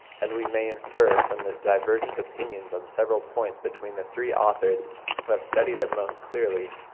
as we may infer from the divergent opinions on several points between the three authors who have studied it most closely,